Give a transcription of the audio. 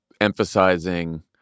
emphasizing